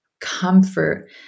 comfort